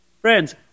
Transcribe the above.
Friends